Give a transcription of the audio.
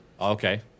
Okay